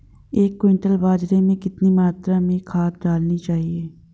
एक क्विंटल बाजरे में कितनी मात्रा में खाद डालनी चाहिए?